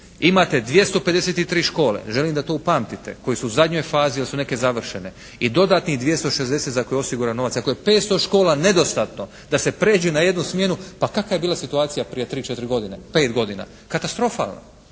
imate 253 škole, želim da to upamtite, koji su u zadnjih fazi ili su neke završene, i dodatnih 260 za koje je osiguran novac, dakle 500 škola je nedostatno da se prijeđe na jednu smjenu. Pa kakva je bila situacija prije 3, 4 godine, 5 godina? katastrofalna,